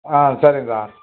ஆ சரிங்க சார்